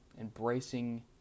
embracing